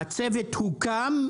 הצוות הוקם,